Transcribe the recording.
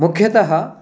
मुख्यतः